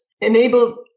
enable